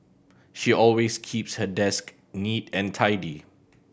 she always keeps her desk neat and tidy